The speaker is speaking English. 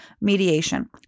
mediation